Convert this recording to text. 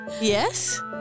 Yes